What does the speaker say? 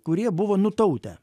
kurie buvo nutautę